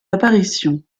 apparitions